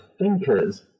thinkers